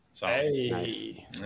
Hey